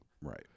Right